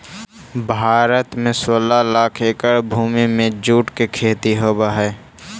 भारत में सोलह लाख एकड़ भूमि में जूट के खेती होवऽ हइ